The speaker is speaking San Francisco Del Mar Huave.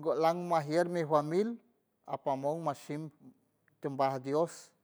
la- lang majier mi famil apamong ma shim timbaj dios.